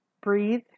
breathe